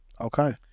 Okay